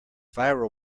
viral